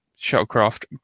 shuttlecraft